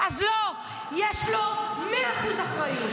אז לא, יש לו 100% אחריות.